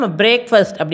breakfast